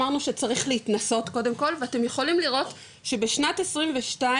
אמרנו שצריך להתנסות קודם כל ואתם יכולים לראות שבשנת 22,